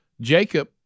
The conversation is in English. Jacob